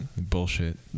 bullshit